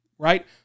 Right